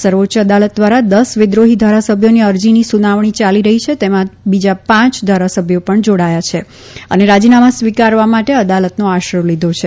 સર્વોચ્ચ અદાલત દ્વારા દસ વિદ્રોહી ધારાસભ્યોની અરજીની સુનાવણી યાલી રહી છે તેમાં બીજા પાંચ ધારાસભ્યો પણ જાડાયા છે અને રાજીનામાં સ્વીકારવા માટે અદાલતનો આશરો લીધો છે